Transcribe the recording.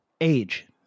age